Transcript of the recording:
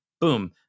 Boom